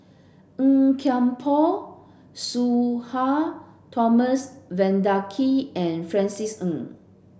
Tan Kian Por Sudhir Thomas Vadaketh and Francis Ng